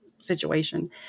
situation